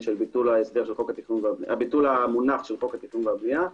של ביטול המונח של חוק התכנון והבנייה,